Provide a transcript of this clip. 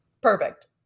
Perfect